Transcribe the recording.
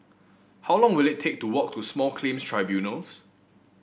how long will it take to walk to Small Claims Tribunals